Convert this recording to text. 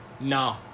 No